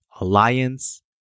Alliance